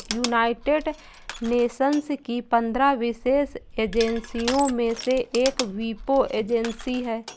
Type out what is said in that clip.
United Nations की पंद्रह विशेष एजेंसियों में से एक वीपो एजेंसी है